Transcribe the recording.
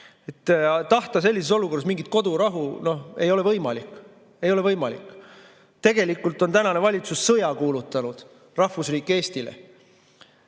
Tahta sellises olukorras mingit kodurahu ei ole võimalik. Ei ole võimalik! Tegelikult on tänane valitsus sõja kuulutanud rahvusriik Eestile.